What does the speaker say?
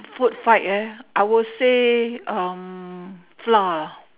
food fight ah I would say um flour